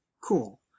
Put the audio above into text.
cool